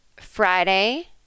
Friday